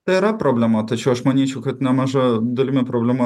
tai yra problema tačiau aš manyčiau kad nemaža dalimi problema